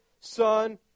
son